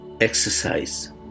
Exercise